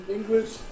English